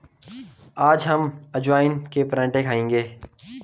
आज हम अजवाइन के पराठे खाएंगे